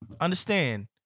understand